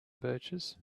birches